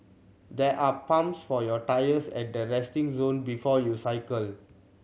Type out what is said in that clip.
there are pumps for your tyres at the resting zone before you cycle